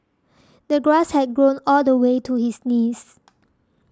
the grass had grown all the way to his knees